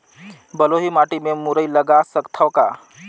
बलुही माटी मे मुरई लगा सकथव का?